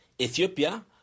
Ethiopia